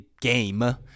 Game